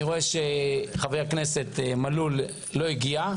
אני רואה שחבר הכנסת מלול לא הגיע.